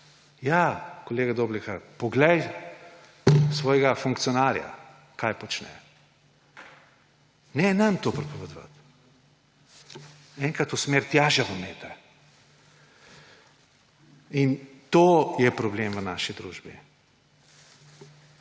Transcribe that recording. Ja, kolega Doblekar, poglej svojega funkcionarja, kaj počne. Ne nam to pripovedovati, enkrat usmeri tja žaromete. In to je problem v naši družbi.